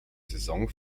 saison